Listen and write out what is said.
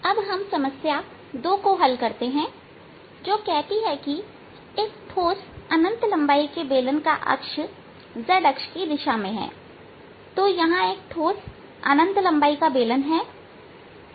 अब हम समस्या 2 को हल करते हैं जो कहती है कि एक ठोस अनंत लंबाई के बेलन का अक्ष z अक्ष की दिशा में है तो यहां एक ठोस अनंत लंबाई का बेलन है